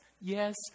yes